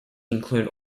included